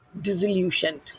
disillusioned